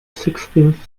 sixteenth